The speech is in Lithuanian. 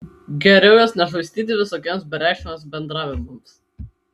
geriau jos nešvaistyti visokiems bereikšmiams bendravimams